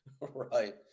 Right